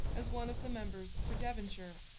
as one of the members for devonshire,